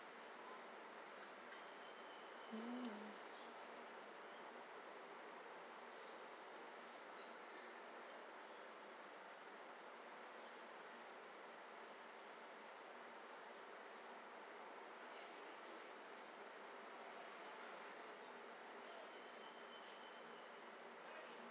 mm